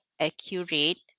accurate